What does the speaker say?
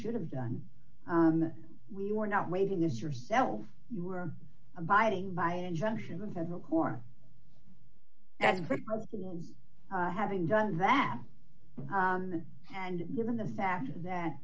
should have done we were not waiving this yourself you were abiding by injunction the federal court as for having done that and given the fact that